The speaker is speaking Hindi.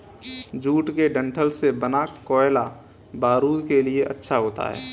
जूट के डंठल से बना कोयला बारूद के लिए अच्छा होता है